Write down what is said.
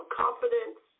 confidence